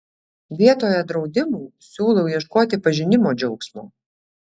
vietoje draudimų siūlau ieškoti pažinimo džiaugsmo